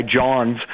Johns